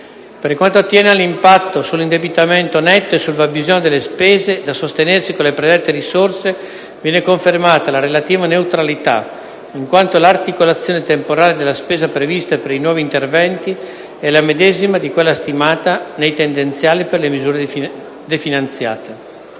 per quanto attiene all’impatto sull’indebitamento netto e sul fabbisogno delle spese da sostenersi con le predette risorse, viene confermata la relativa neutralita, in quanto l’articolazione temporale della spesa prevista per i nuovi interventi ela medesima di quella stimata nei tendenziali per le misure definanziate;